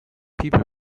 people